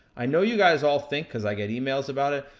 i know you guys all think, cause i get emails about it,